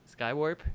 Skywarp